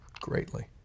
greatly